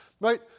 Right